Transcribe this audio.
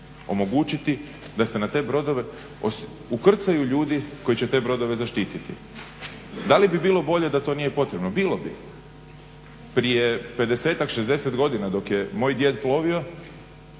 omogućiti da se na te brodove ukrcaju ljudi koji će te brodove zaštititi. Da li bi bilo bolje da to nije potrebno? Bilo bi. Prije 50-ak, 60 godina dok je moj djed plovio